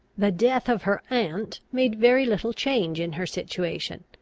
the death of her aunt made very little change in her situation.